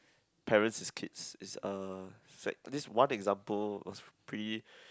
parents his kids is uh sec~ this one example was pretty